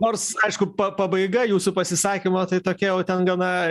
nors aišku pabaiga jūsų pasisakymo tai tokia jau ten gana